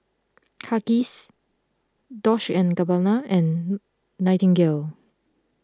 Huggies Dolce and Gabbana and Nightingale